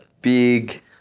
big